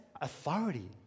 authority